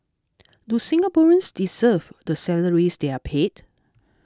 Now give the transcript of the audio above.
do Singaporeans deserve the salaries they are paid